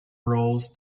roles